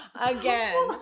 again